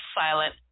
silent